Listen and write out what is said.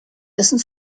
dessen